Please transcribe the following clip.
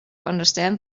understand